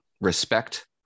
respect